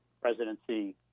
presidency